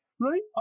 right